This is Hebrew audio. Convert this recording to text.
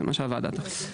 מה שהוועדה תחליט.